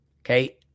Okay